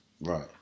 right